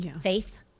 faith